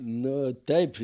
na taip